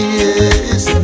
yes